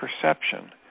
perception